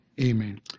Amen